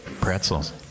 Pretzels